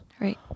Right